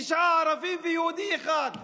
תשעה ערבים ויהודי אחד.